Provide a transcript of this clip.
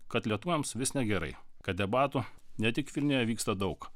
kad lietuviams vis negerai kad debatų ne tik vilniuje vyksta daug